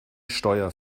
steuer